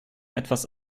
etwas